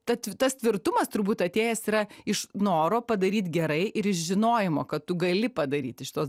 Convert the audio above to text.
tad tas tvirtumas turbūt atėjęs yra iš noro padaryt gerai ir iš žinojimo kad tu gali padaryti šituos